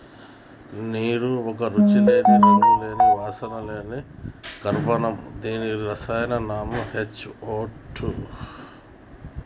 నీరు ఒక రుచి లేని, రంగు లేని, వాసన లేని అకర్బన దీని రసాయన నామం హెచ్ టూవో